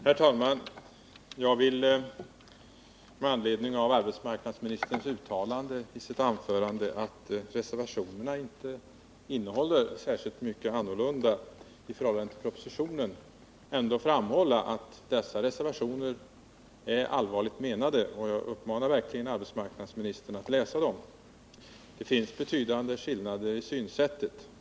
Herr talman! Med anledning av att arbetsmarknadsministern i sitt anförande uttalade att reservationerna inte innehåller särskilt mycket som är annorlunda i förhållande till propositionen vill jag ändå framhålla att dessa reservationer är allvarligt menade, och jag uppmanar verkligen arbetsmarknadsministern att läsa dem. Det finns betydande skillnader i synsättet.